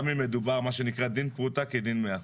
מה שנקרא דין פרוטה כדין מאה.